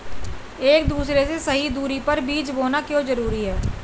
एक दूसरे से सही दूरी पर बीज बोना क्यों जरूरी है?